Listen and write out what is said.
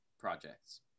projects